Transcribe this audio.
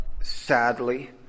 sadly